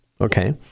okay